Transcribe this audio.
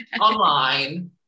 online